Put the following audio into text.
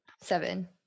Seven